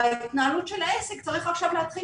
ובהתנהלות של העסק הוא צריך עכשיו להתחיל